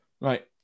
right